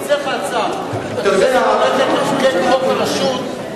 אני מציע לך הצעה: הכנסת הולכת לחוקק חוק כשרות,